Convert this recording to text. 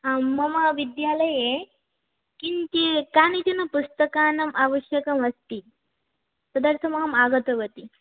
आं मम विद्यालये किञ्चि कानिचन पुस्तकानाम् आवश्यकम् अस्ति तदर्थमहम् आगतवती